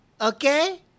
okay